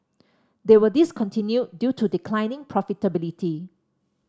they were discontinued due to declining profitability